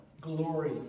glory